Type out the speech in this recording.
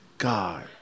God